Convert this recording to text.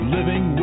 Living